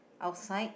outside